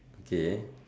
okay